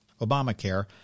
Obamacare